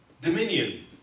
dominion